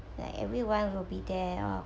like everyone will be there ah